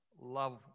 love